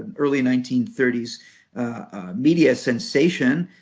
early nineteen thirty s media sensation.